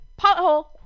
pothole